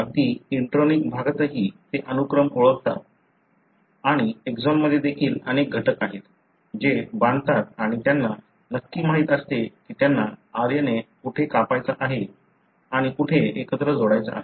अगदी इंट्रोनिक भागातही ते अनुक्रम ओळखतात आहेत आणि एक्सॉनमध्ये देखील अनेक घटक आहेत जे बांधतात आणि त्यांना नक्की माहित असते की त्यांना RNA कुठे कापायचा आहे आणि कुठे एकत्र जोडायचा आहे